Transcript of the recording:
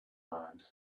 man